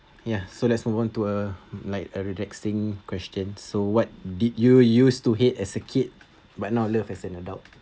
ya so let's move on to a like a relaxing question so what did you use to hate as a kid but not love as an adult